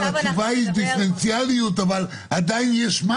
התשובה היא דיפרנציאליות, אבל עדיין יש מס.